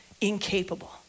incapable